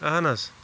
اہن حظ